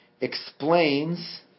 explains